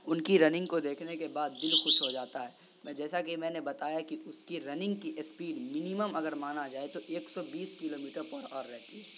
ان کی رننگ کو دیکھنے کے بعد دل خوش ہو جاتا ہے میں جیسا کہ میں نے بتایا کہ اس کی رننگ کی اسپیڈ منیمم اگر مانا جائے تو ایک سو بیس کلو میٹر پر آر رہتی ہے